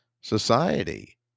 society